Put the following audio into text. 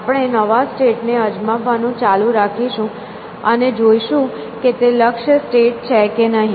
આપણે નવા સ્ટેટ ને અજમાવવાનું ચાલુ રાખીશું અને જોઈશું કે તે લક્ષ્ય સ્ટેટ છે કે નહીં